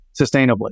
sustainably